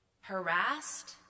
Harassed